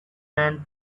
man